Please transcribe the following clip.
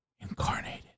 incarnated